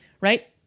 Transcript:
right